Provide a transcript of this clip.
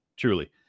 truly